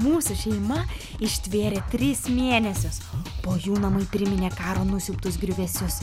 mūsų šeima ištvėrė tris mėnesius po jų namai priminė karo nusiaubtus griuvėsius